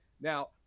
Now